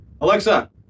Alexa